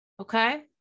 Okay